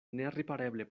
neripareble